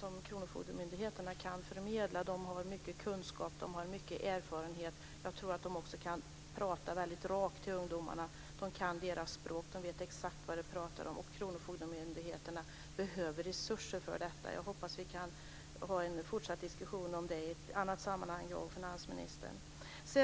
som kronofogdemyndigheterna kan förmedla. De har mycket kunskap och mycket erfarenhet. Jag tror också att de kan tala mycket rakt med ungdomarna. De kan deras språk och vet exakt vad de pratar om. Kronofogdemyndigheterna behöver resurser för detta. Jag hoppas att jag och finansministern kan föra en fortsatt diskussion om detta i ett annat sammanhang.